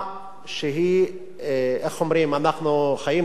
אנחנו חיים בארץ ומכירים את המצב,